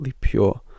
pure